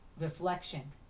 reflection